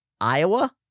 Iowa